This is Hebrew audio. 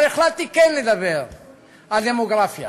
אבל החלטתי כן לדבר על דמוגרפיה